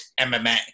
MMA